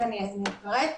אני אפרט.